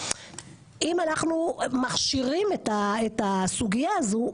אם אנחנו מכשירים את הסוגייה הזו,